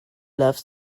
loves